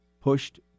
pushed